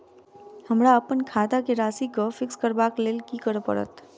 हमरा अप्पन खाता केँ राशि कऽ फिक्स करबाक लेल की करऽ पड़त?